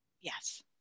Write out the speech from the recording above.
Yes